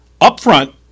upfront